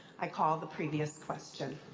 i call the previous question.